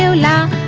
so la